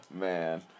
Man